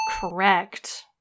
Correct